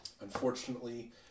unfortunately